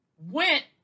went